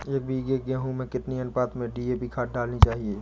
एक बीघे गेहूँ में कितनी अनुपात में डी.ए.पी खाद डालनी चाहिए?